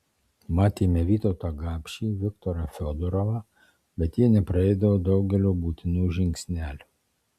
matėme vytautą gapšį viktorą fiodorovą bet jie nepraeidavo daugelio būtinų žingsnelių